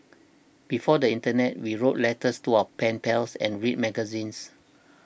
before the internet we wrote letters to our pen pals and read magazines